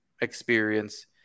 experience